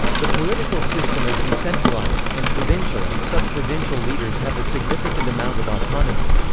the political system is decentralized, and provincial and sub-provincial leaders have a significant amount of autonomy.